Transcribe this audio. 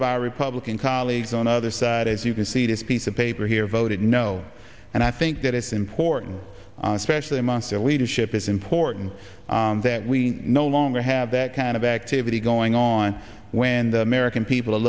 of our republican colleagues on the other side as you can see this piece of paper here voted no and i think that it's important especially amongst their leadership is important that we no longer have that kind of activity going on when the american people are